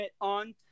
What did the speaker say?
on